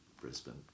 Brisbane